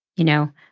you know,